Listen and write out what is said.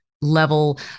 level